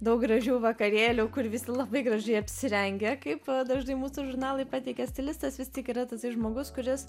daug gražių vakarėlių kur visi labai gražiai apsirengę kaip dažnai mūsų žurnalai pateikia stilistas vis tik yra tasai žmogus kuris